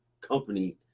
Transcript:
company